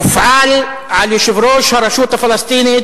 הופעל על יושב-ראש הרשות הפלסטינית,